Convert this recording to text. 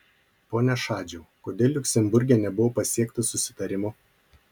pone šadžiau kodėl liuksemburge nebuvo pasiekta susitarimo